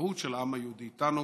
וההזדהות של העם היהודי איתנו.